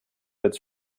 its